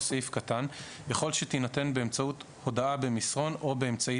סעיף קטן יכול שתינתן באמצעות הודעה במסרון או באמצעי